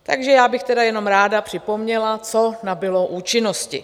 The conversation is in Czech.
Takže já bych tedy jenom ráda připomněla, co nabylo účinnosti.